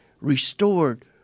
restored